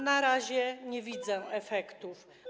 Na razie nie widzę efektów.